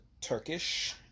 Turkish